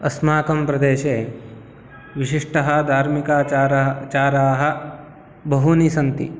अस्माकं प्रदेशे विशिष्टः धार्मिकाचार चाराः बहूनि सन्ति